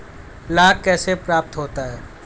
लाख कैसे प्राप्त होता है?